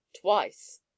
twice